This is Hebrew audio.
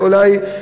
אולי,